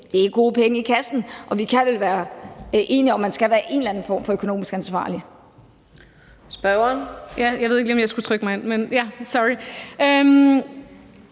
Det er gode penge i kassen. Og vi kan vel være enige om, at man i en eller anden form skal være økonomisk ansvarlig?